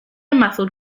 muffled